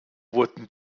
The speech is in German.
wurden